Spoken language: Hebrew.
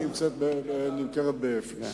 כי הקרקע נמכרת באפס.